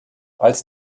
als